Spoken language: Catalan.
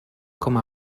com